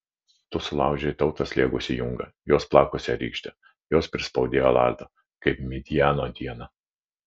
tu sulaužei tautą slėgusį jungą juos plakusią rykštę jos prispaudėjo lazdą kaip midjano dieną